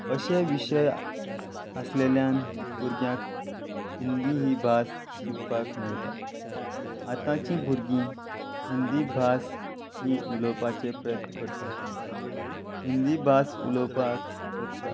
अशे विशय आसलेल्यान भुरग्यांक हिंदी ही भास शिकपाक मेळटा आतांची भुरगीं हिंदी भास ही उलोवपाचे प्रयत्न करतात हिंदी भास उलोवपाक सोदतात